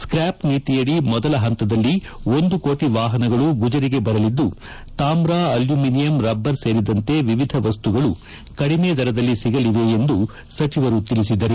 ಸ್ಕ್ಯಾಪ್ ನೀತಿಯಡಿ ಮೊದಲ ಹಂತದಲ್ಲಿ ಒಂದು ಕೋಟಿ ವಾಹನಗಳು ಗುಜರಿಗೆ ಬರಲಿದ್ದು ತಾಮ್ರ ಅಲ್ಯೂಮಿನಿಯಂ ರಬ್ಬರ್ ಸೇರಿದಂತೆ ವಿವಿಧ ವಸ್ತುಗಳು ಕಡಿಮೆ ದರದಲ್ಲಿ ಸಿಗಲಿವೆ ಎಂದು ಸಚಿವರು ತಿಳಿಸಿದರು